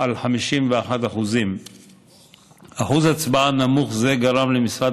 על 51%. אחוז הצבעה נמוך זה גרם למשרד